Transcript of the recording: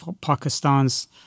Pakistan's